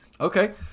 Okay